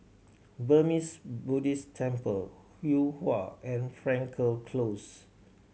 Burmese Buddhist Temple Yuhua and Frankel Close